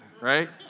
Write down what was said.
Right